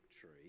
tree